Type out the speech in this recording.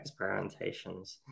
experimentations